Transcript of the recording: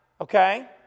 Okay